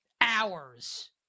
hours